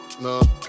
No